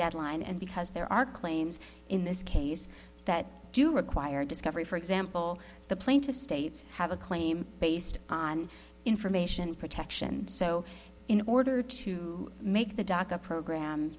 deadline and because there are claims in this case that do require discovery for example the plaintiff states have a claim based on information protection so in order to make the docket program